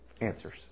answers